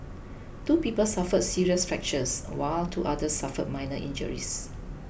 two people suffered serious fractures while two others suffered minor injuries